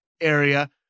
area